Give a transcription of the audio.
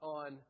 on